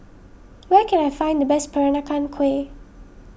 where can I find the best Peranakan Kueh